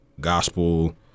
gospel